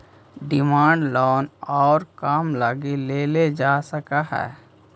Demand loan कउन काम लगी लेल जा सकऽ हइ?